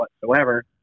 whatsoever